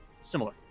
similar